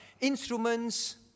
instruments